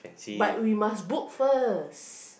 but we must book first